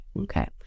Okay